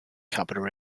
capita